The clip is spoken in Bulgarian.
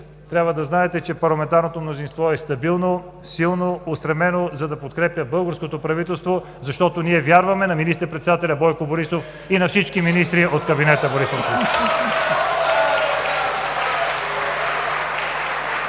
трябва да знаете, че парламентарното мнозинство е стабилно, силно, устремено, за да подкрепя българското правителство, защото ние вярваме на министър-председателя Бойко Борисов и на всички министри от кабинета Борисов.